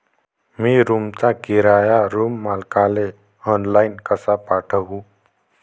मी रूमचा किराया रूम मालकाले ऑनलाईन कसा पाठवू?